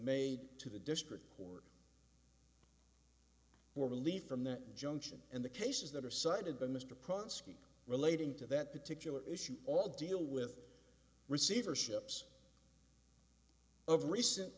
made to the district court or relief from that junction and the cases that are cited by mr prince keep relating to that particular issue all deal with receiver ships of recent